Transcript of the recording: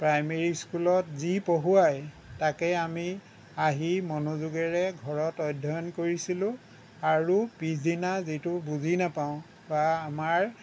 primary স্কুলত যি পঢ়ুৱাই তাকেই আমি আহি মনোযোগেৰে ঘৰত অধ্যয়ন কৰিছিলোঁ আৰু পিছদিনা যিটো বুজি নাপাওঁ বা আমাৰ